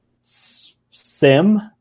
sim